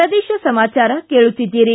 ಪ್ರದೇಶ ಸಮಾಚಾರ ಕೇಳುತ್ತೀದ್ದಿರಿ